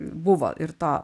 buvo ir to